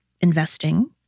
investing